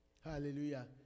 hallelujah